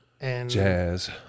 Jazz